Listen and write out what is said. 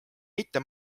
mitte